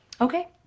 Okay